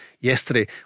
yesterday